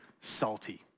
Salty